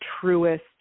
truest